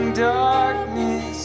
darkness